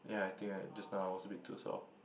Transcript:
ya I think I just now I was a bit too soft